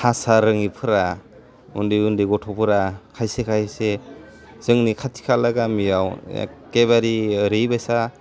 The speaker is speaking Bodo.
भासा रोङैफ्रा उन्दै उन्दै गथ'फोरा खायसे खायसे जोंनि खाथि खाला गामियाव एख्खेबारि ओरैबाइसा